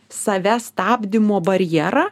save stabdymo barjerą